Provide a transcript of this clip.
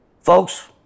Folks